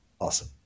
Awesome